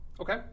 Okay